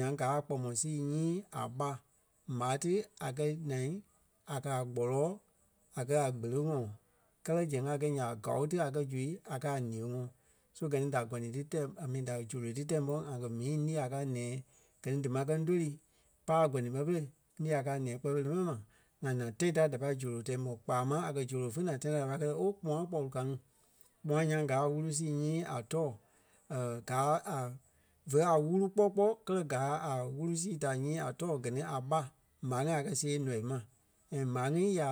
nyaŋ gaa a kpɔmɔ sii nyii a ɓa. M̀á ti a kɛ̀ naa a kàa a gbɔlɔ́ɔ a kɛ̀ a kpele ŋɔɔ kɛlɛ zɛŋ a kɛ̀ nya ɓa gao ti a kɛ́ zui a kɛ a ǹîyeŋɔɔ. So gɛ ni da gɔni tɛ̀ a mi da zolo ti tɛɛ ḿbɔ ŋa kɛ̀ mii ńii a kɛ̀ a nɛ̃ɛ. Gɛ ni dí máŋ kɛ ńdoli pa i a gɔni ɓɛ́ pere ńii a kɛ̀ a nɛ̃ɛ kpɛɛ fêi lé mɛni ma, ŋa lí naa tãi da da pai zolo tɛɛ ḿbɔ kpaa máŋ a kɛ̀ zolo fé naa tãi da kɛi díyɛ ooo gbuâ kpɔlu ka ŋí. Gbuâ nyaŋ gaa a wúru sii nyii a tɔɔ gaa a vé a wúru kpɔ́ kpɔɔ kɛ́lɛ gaa a wúru sii da nyii a tɔɔ gɛ ni a ɓa. M̀á ŋí a kɛ̀ zee nɔii ma. And m̀á ŋí ya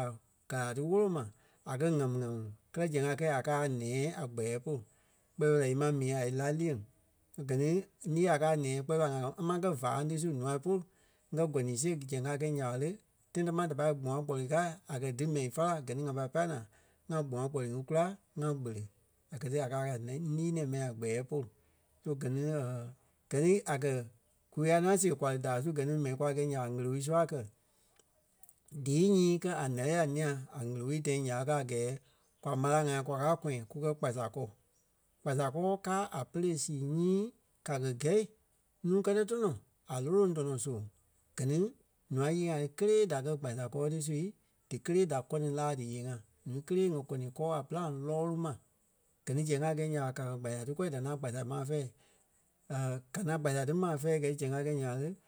kala tí wólo ma a kɛ ŋamu-ŋamu kɛlɛ zɛŋ a kɛi a kàa a nɛ̃ɛ a kpɛɛ polu. Kpɛɛ fêi la ímáŋ mii a ǹá lîyeŋ, gɛ ni ńii a káa a nɛ̃ɛ kpɛɛ fêi la ŋá ma kɛ́ váaŋ ti su nûa polu ŋ́gɛ gɔni siɣe zɛŋ a kɛi nya ɓa lé, tãi támaa da pai gbuâ kpɔlu kâai a kɛ̀ dí mɛi fála gɛ ni ŋa pai pâi naa ŋa gbuâ kpɔlu ŋí kula ŋa kpele. A kɛ̀ ti a kàa nɛŋ- ńii-nɛ̃ɛ mɛni a kpɛɛ polu. So gɛ ni. Gɛ ni a kɛ̀ gûui a ŋaŋ siɣei kwa lí daai su gɛ ni mɛni kwa gɛ nya ɓa ɣele-wulii a kɛ̀ díi nyii kɛ́ a ǹɛ́lɛɛ a ńîa a ɣele-wulii tãi nya ɓé kàa a gɛɛ kwa ḿarâŋ-ŋai kwa káa kɔyaŋ kukɛ kpasa kɔ. Kpasa kɔ káa a pɛ́lɛ sii nyii ka kɛ̀ gɛi nuu kɛtɛ tɔnɔ a ǹóloŋ tɔnɔ soŋ gɛ ni nûa nyii ŋa ŋŋí kélee da kɛ kpasa kɔɔ ti su díkelee da kɔni láa díyee-ŋa. Ǹúu kélee ŋa kɔni kɔɔ a pîlaŋ lɔɔlu ma gɛ ni zɛŋ a gɛi nya ɓa ka kɛ̀ gbasa tí kɔ̂i da ŋaŋ kpasa maa fɛ́ɛ ka ŋaŋ kpasa ti maa fɛ̂ɛ gɛi zɛŋ a kɛ̂i nya ɓa lé